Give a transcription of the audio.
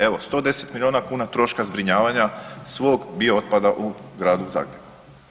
Evo 110 milijuna troška zbrinjavanja svog biootpada u Gradu Zagrebu.